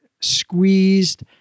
squeezed